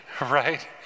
right